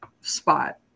spot